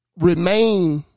Remain